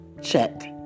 check